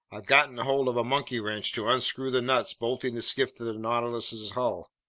i've gotten hold of a monkey wrench to unscrew the nuts bolting the skiff to the nautilus's hull.